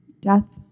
Death